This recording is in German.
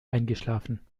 eingeschlafen